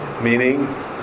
Meaning